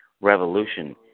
revolution